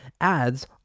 ads